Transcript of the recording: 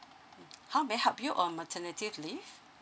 how may I help you on maternity leave